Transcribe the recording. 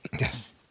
Yes